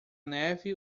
neve